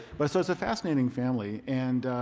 but so it's a fascinating family. and